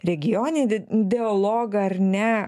regioninį dialogą ar ne